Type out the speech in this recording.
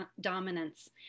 dominance